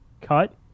cut